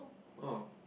oh